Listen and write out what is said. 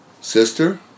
sister